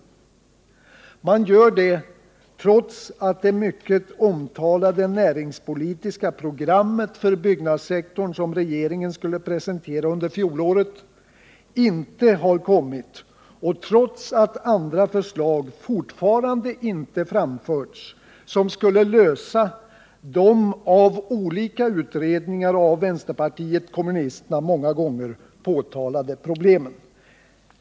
Utskottet gör detta uttalande trots att det mycket omtalade näringspolitiska program för byggnadssektorn som regeringen skulle presentera under fjolåret inte har kommit och trots att andra förslag fortfarande inte framförts, som skulle lösa de av olika utredningar och av vänsterpartiet kommunisterna många gånger påtalade problemen. Herr talman!